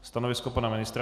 Stanovisko pana ministra?